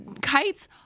Kites